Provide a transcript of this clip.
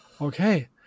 okay